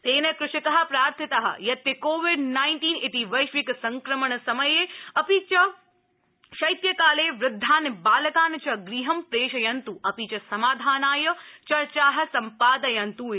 तेन कृषका प्रार्थिता यत ते कोविड नाइन्टीन इति वैश्विक संक्रमण समये अपि च शैत्यकाले वृद्धान बालकान च गृहं प्रेषयन्त् अपि च समाधानाय चर्चा सम्पादयन्तु इति